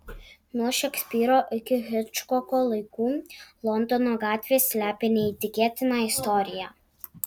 nuo šekspyro iki hičkoko laikų londono gatvės slepia neįtikėtiną istoriją